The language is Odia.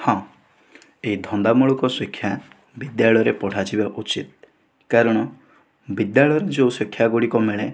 ହଁ ଏହି ଧନ୍ଦାମୂଳକ ଶିକ୍ଷା ବିଦ୍ୟାଳୟରେ ପଢ଼ାଯିବା ଉଚିତ କାରଣ ବିଦ୍ୟାଳୟରେ ଯେଉଁ ଶିକ୍ଷା ଗୁଡ଼ିକ ମିଳେ